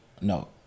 No